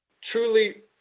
truly